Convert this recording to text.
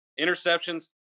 Interceptions